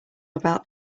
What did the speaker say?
about